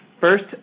first